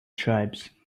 tribes